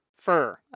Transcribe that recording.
fur